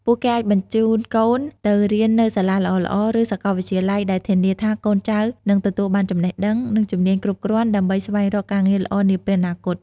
ពួកគេអាចបញ្ជូនកូនទៅរៀននៅសាលាល្អៗ ឬសាកលវិទ្យាល័យ ដែលធានាថាកូនចៅនឹងទទួលបានចំណេះដឹង និងជំនាញគ្រប់គ្រាន់ដើម្បីស្វែងរកការងារល្អនាពេលអនាគត។